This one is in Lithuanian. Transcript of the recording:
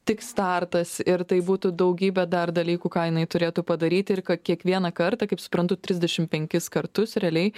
tik startas ir tai būtų daugybė dar dalykų ką jinai turėtų padaryt ir kad kiekvieną kartą kaip suprantu trisdešim penkis kartus realiai